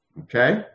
Okay